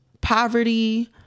poverty